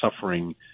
suffering